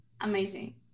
Amazing